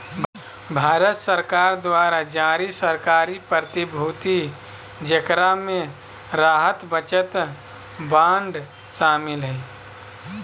भारत सरकार द्वारा जारी सरकारी प्रतिभूति जेकरा मे राहत बचत बांड शामिल हइ